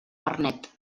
vernet